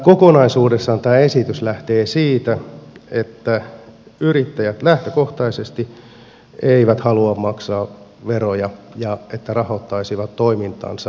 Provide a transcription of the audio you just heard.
kokonaisuudessaan tämä esitys lähtee siitä että yrittäjät lähtökohtaisesti eivät halua maksaa veroja ja rahoittaisivat toimintansa maksamattomilla veroilla